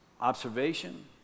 Observation